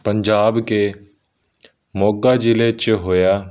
ਪੰਜਾਬ ਦੇ ਮੋਗਾ ਜ਼ਿਲ੍ਹੇ 'ਚ ਹੋਇਆ